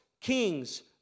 kings